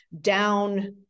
down